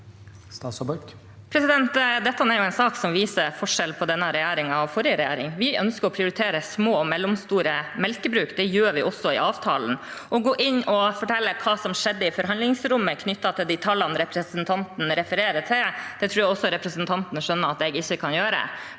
Dette er en sak som viser forskjellen på denne regjeringen og forrige regjering. Vi ønsker å prioritere små og mellomstore melkebruk. Det gjør vi også i avtalen. Å gå inn og fortelle hva som skjedde i forhandlingsrommet knyttet til de tallene representanten refererer til, tror jeg representanten skjønner at jeg ikke kan gjøre.